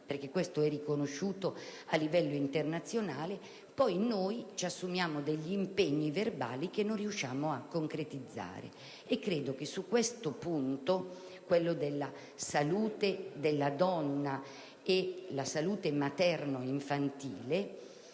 (perché questo ci è riconosciuto a livello internazionale), poi assumiamo degli impegni verbali che non riusciamo a concretizzare. Su questo punto, quello della salute della donna unito a quello della salute materno-infantile,